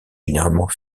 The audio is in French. généralement